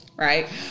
right